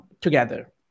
together